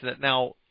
Now